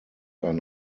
ein